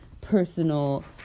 personal